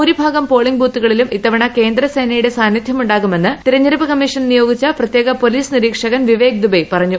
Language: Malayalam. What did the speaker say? ഭൂരിഭാഗം പോളിംഗ് ബൂത്തുകളിലും ഇത്തവണ കേന്ദ്രസേനയുടെ സാന്നിദ്ധ്യമുണ്ടാകുമെന്ന് തെരഞ്ഞെടുപ്പ് കമ്മീഷൻ നിയോഗിച്ച പ്രത്യേക പോലീസ് നിരീക്ഷകൻ വിവേക് ദുബെയ് പറഞ്ഞു